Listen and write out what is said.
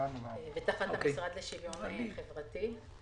תחת המשרד לשוויון חברתי.